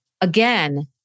again